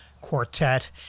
Quartet